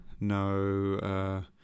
no